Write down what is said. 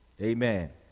Amen